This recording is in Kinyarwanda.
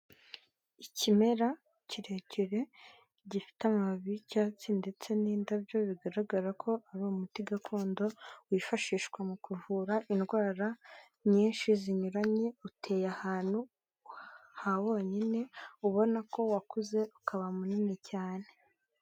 Ikimera kirekire gifite amababi y'icyatsi ndetse n'indabyo bigaragara ko ari umuti gakondo, wifashishwa mu kuvura indwara nyinshi zinyuranye, uteye ahantu ha wonyine ubona ko wakuze ukaba munini cyane.